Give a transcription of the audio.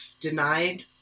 denied